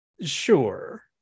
Sure